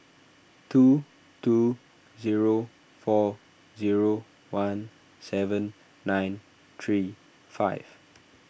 two two zero four zero one seven nine three five